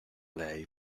lei